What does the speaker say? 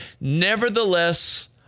Nevertheless